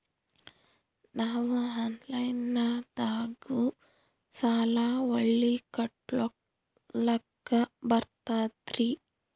ನಾವು ಆನಲೈನದಾಗು ಸಾಲ ಹೊಳ್ಳಿ ಕಟ್ಕೋಲಕ್ಕ ಬರ್ತದ್ರಿ?